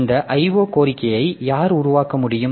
இந்த IO கோரிக்கையை யார் உருவாக்க முடியும்